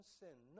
sin